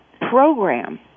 program